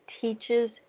teaches